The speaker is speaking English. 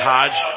Hodge